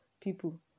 people